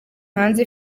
hanze